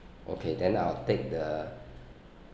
okay then I'll take the